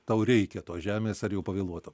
tau reikia tos žemės ar jau pavėluota